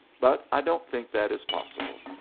but i don't think that is possible.